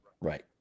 right